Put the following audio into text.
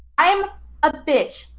i'm a b-tch,